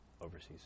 overseas